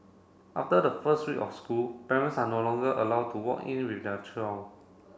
after the first week of school parents are no longer allowed to walk in with their child